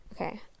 okay